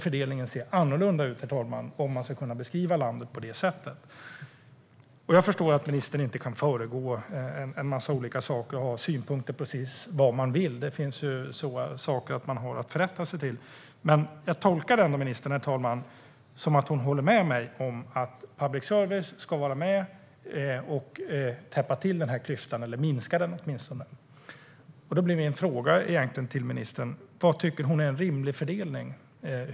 Fördelningen måste se annorlunda ut, herr talman, om man ska kunna beskriva landet på det sättet. Jag förstår att ministern inte kan föregå en massa olika saker och ha synpunkter på precis vad hon vill. Det finns saker man har att rätta sig efter. Men jag tolkar ändå ministern, herr talman, som att hon håller med mig om att public service ska vara med och täppa till den här klyftan eller åtminstone minska den. Då blir mina frågor till ministern: Vad tycker hon är en rimlig fördelning?